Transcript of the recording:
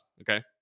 okay